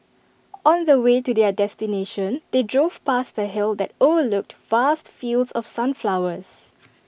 on the way to their destination they drove past A hill that overlooked vast fields of sunflowers